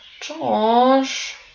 Josh